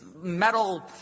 metal